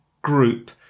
group